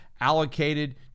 allocated